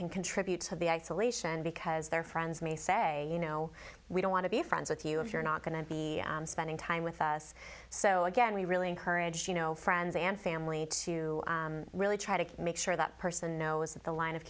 can contribute to the isolation because their friends may say you know we don't want to be friends with you if you're not going to be spending time with us so again we really encourage you know friends and family to really try to make sure that person knows that the line of